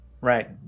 Right